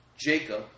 Jacob